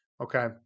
Okay